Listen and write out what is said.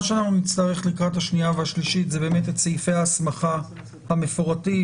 מה שנצטרך לקראת השנייה והשלישית זה את סעיפי ההסמכה המפורטים,